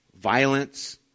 violence